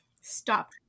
stop